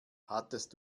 hattest